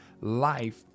life